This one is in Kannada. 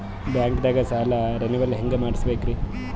ಬ್ಯಾಂಕ್ದಾಗ ಸಾಲ ರೇನೆವಲ್ ಹೆಂಗ್ ಮಾಡ್ಸಬೇಕರಿ?